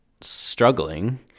struggling